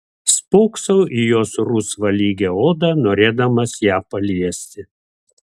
spoksau į jos rusvą lygią odą norėdamas ją paliesti